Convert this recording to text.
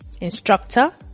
instructor